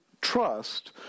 trust